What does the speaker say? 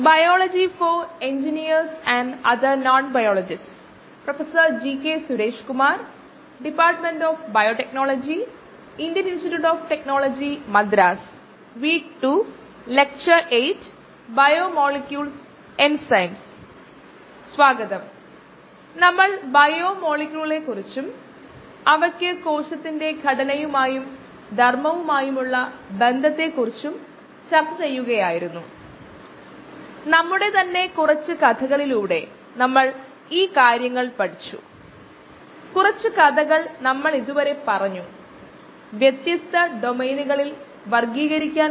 bio റിയാക്ടറുകളെക്കുറിച്ചുള്ള NPTEL online certification കോഴ്സായ പ്രഭാഷണ നമ്പർ 8 ലേക്ക് സ്വാഗതം